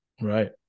Right